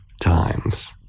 times